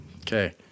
Okay